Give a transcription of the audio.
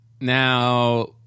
now